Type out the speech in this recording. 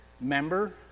member